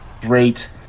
great